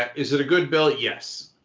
is it a good bill? yes.